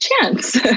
chance